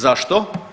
Zašto?